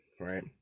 right